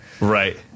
Right